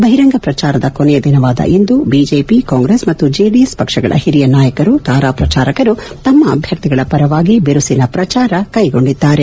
ಬಹಿರಂಗ ಪ್ರಚಾರದ ಕೊನೆಯ ದಿನವಾದ ಇಂದು ಬಿಜೆಪಿ ಕಾಂಗ್ರೆಸ್ ಮತ್ತು ಜೆಡಿಎಸ್ ಪಕ್ಷಗಳ ಹಿರಿಯ ನಾಯಕರು ತಾರಾ ಪ್ರಚಾರಕರು ತಮ್ಮ ಅಭ್ಯರ್ಥಿಗಳ ಪರವಾಗಿ ಬಿರುಸಿನ ಪ್ರಚಾರ ಕೈಗೊಂಡಿದ್ದಾರೆ